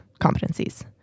competencies